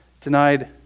denied